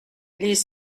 les